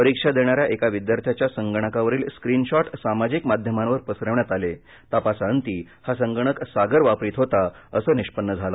परीक्षा देणाऱ्या एका विद्यार्थ्याच्या संगणकावरील स्क्रीनशॉट सामाजिक माध्यमांवर पसरविण्यात आले तपासांती हा संगणक सागर वापरीत होता हे निष्पन्न झालं